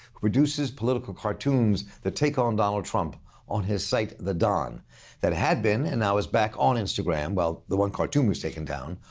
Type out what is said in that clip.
who produces political cartoons that take on donald trump on his site the don that had been, and now is back on, instagram. well, the one cartoon was taken down.